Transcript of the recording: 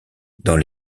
dans